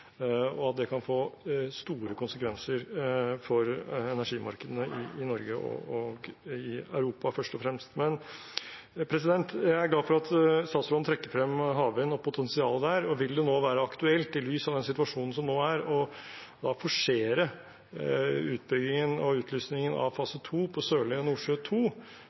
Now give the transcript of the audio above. og at det kan få store konsekvenser for energimarkedene i Norge og i Europa, først og fremst. Men jeg er glad for at statsråden trekker frem havvind og potensialet der. Vil det nå være aktuelt, i lys av den situasjonen som nå er, å forsere utbyggingen og utlysningen av fase to på Sørlige Nordsjø II, som er det prosjektet som har kommet lengst, og